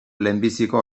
lehenbiziko